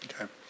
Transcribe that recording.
Okay